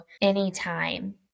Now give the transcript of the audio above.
anytime